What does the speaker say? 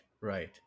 right